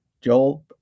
Joel